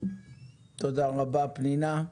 תודה רבה פנינה,